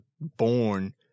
born